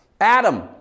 Adam